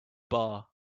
bar